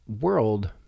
world